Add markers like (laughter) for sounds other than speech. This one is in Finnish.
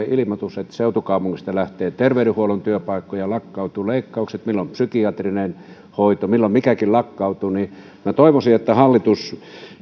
(unintelligible) ilmoitus että seutukaupungista lähtee terveydenhuollon työpaikkoja leikkaukset lakkautuvat milloin psykiatrinen hoito milloin mikäkin lakkautuu minä toivoisin että hallitus